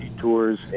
tours